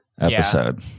episode